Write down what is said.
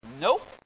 Nope